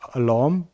alarm